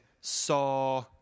saw